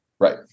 Right